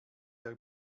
der